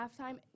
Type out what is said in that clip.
halftime